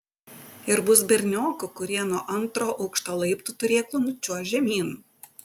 ir bus berniokų kurie nuo antro aukšto laiptų turėklų nučiuoš žemyn